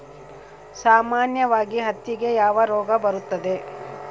ಸಾಮಾನ್ಯವಾಗಿ ಹತ್ತಿಗೆ ಯಾವ ರೋಗ ಬರುತ್ತದೆ?